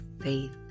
faith